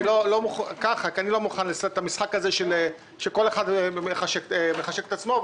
אני לא מוכן לשחק את המשחק הזה שכל אחד מחשק את עצמו.